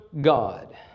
God